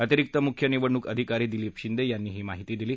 अतिरिक्त मुख्य निवडणूक अधिकारी दिलीप शिंदे यांनी ही माहिती दिली